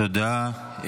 תודה.